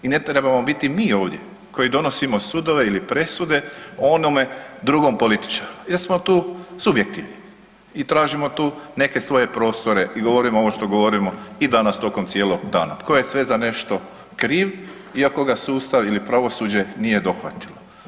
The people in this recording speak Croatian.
I ne trebamo biti mi ovdje koji donosimo sudove ili presude o onome drugome političaru jer smo tu subjektivni i tražimo tu neke svoje prostore i govorimo ovo što govorimo i danas tokom cijelog dana, tko je sve za nešto kriv iako ga sustav ili pravosuđe nije dohvatilo.